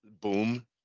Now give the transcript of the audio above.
boom